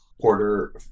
porter